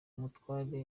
umutware